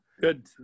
good